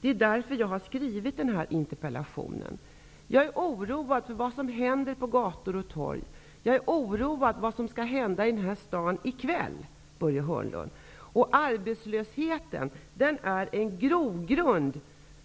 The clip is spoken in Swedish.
Det är därför jag har skrivit denna interpellation. Jag är oroad över vad som händer på gator och torg. Jag är oroad över vad som skall hända i den här staden i kväll. Arbetslösheten är en grogrund